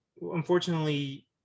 unfortunately